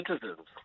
citizens